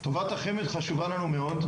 טובת החמד חשובה לנו מאוד,